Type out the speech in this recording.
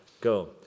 Go